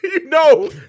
no